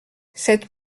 cette